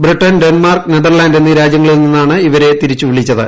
Britain Denmark Netherland എന്നീ രാജ്യങ്ങളിൽ നിന്നാണ് ഇവരെ തിരിച്ചു വിളിച്ചത്